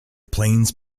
plains